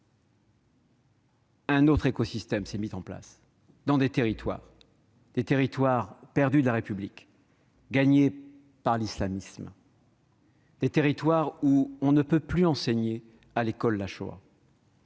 un autre écosystème s'est mis en place, dans des territoires perdus de la République, gagnés par l'islamisme, des territoires où l'on ne peut plus enseigner la Shoah